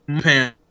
pan